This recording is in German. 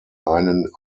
einen